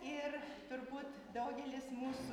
ir turbūt daugelis mūsų